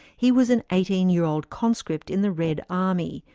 he was an eighteen year old conscript in the red army,